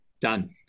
Done